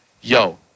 yo